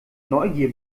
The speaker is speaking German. neugier